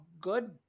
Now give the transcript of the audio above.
good